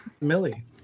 millie